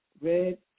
red